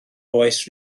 oes